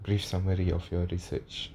brief summary of your research